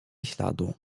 śladu